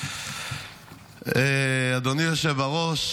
אדוני היושב-ראש,